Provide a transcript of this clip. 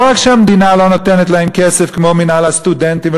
והמדינה לא נותנת להם כסף כמו שנותן מינהל הסטודנטים,